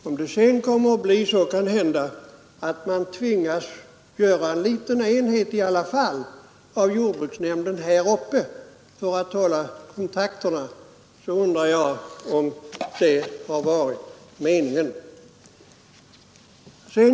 Om det sedan ändå blir så att man tvingas ha en liten enhet av jordbruksnämnden här uppe för att hålla kontakterna, så undrar jag om det verkligen var meningen.